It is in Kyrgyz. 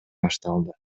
башталды